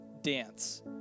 dance